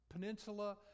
peninsula